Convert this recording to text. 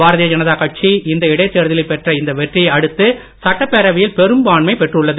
பாரதிய ஜனதா கட்சி இந்த இடைத் தேர்தலில் பெற்ற இந்த வெற்றியை அடுத்து சட்டப் பேரவையில் பெரும்பான்மை பெற்றுள்ளது